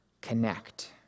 connect